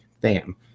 Bam